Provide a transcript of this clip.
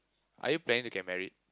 are you planning to get married